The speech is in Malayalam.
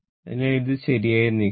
അതിനാൽ ഇത് ശരിയായി നീങ്ങുന്നു